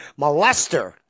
molester